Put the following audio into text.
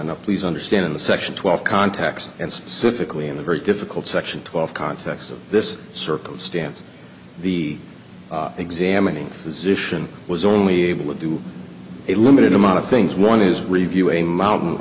up please understand in the section twelve context and specifically in a very difficult section twelve context of this circumstance the examining physician was only able to do a limited amount of things one is review a mountain